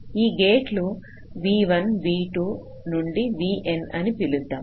ఈ గేట్లను v1v2 నుండి vn అని పిలుద్దాం